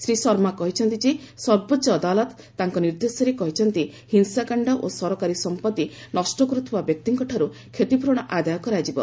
ଶ୍ରୀ ଶର୍ମା କହିଛନ୍ତି ଯେ ସର୍ବୋଚ୍ଚ ଅଦାଲତ ତାଙ୍କ ନିର୍ଦ୍ଦେଶରେ କହିଛନ୍ତି ହିଂସାକାଣ୍ଡ ଓ ସରକାରୀ ସମ୍ପର୍ତ୍ତି ନଷ୍ଟ କରୁଥିବା ବ୍ୟକ୍ତିଙ୍କଠାରୁ କ୍ଷତିପ୍ରରଣ ଆଦାୟ କରାଯିବ